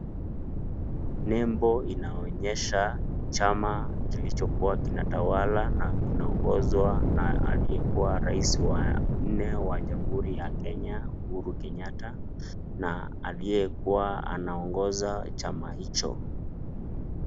Nembo inaonyesha chama kilichokuwa kinatawala na kinaongozwa na aliyekuwa rais wa nne wa jamhuri ya Kenya Uhuru Kenyatta na aliyekuwa anaongoza chama hicho.